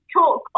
talk